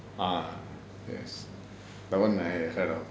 ah yes that [one] I heard of